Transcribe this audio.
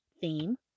theme